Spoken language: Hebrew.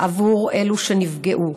עבור אלו שנפגעו,